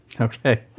Okay